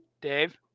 Dave